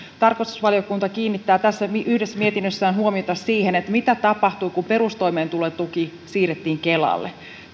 tarkastusvaliokunta kiinnittää tässä yhdessä mietinnössään huomiota siihen mitä tapahtui kun perustoimeentulotuki siirrettiin kelalle